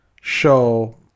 show